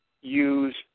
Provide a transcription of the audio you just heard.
use